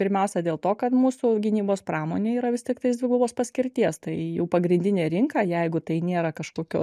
pirmiausia dėl to kad mūsų gynybos pramonė yra vis tiktais dvigubos paskirties tai jų pagrindinė rinka jeigu tai nėra kažkokio